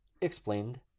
explained